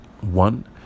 one